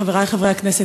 חברי חברי הכנסת,